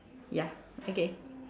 ya okay